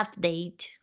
update